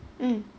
mm